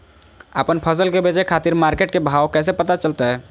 आपन फसल बेचे के खातिर मार्केट के भाव कैसे पता चलतय?